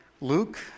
Luke